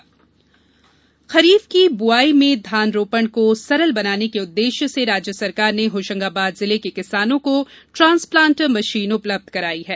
धान रोपाई खरीफ की ब्आई में धान रोपण को सरल बनाने के उददेश्य से राज्य सरकार ने होंशगाबाद जिले के किसानों को ट्रांसप्लांटर मशीन उपलब्ध कराई है